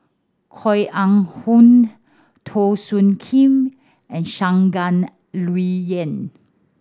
Koh Eng Hoon Teo Soon Kim and Shangguan Liuyun